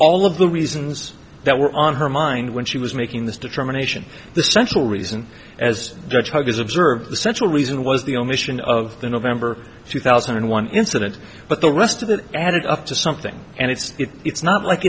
all of the reasons that were on her mind when she was making this determination the special reason as their child is observed the central reason was the omission of the november two thousand and one incident but the rest of it added up to something and it's it it's not like